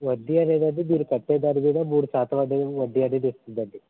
వడ్డీ అనేదండి మీరు కట్టే దాని మీద మూడు శాతం అనే వడ్డీ అనేది ఇస్తుందండి